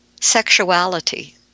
sexuality